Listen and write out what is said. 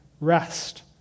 rest